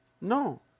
no